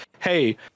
hey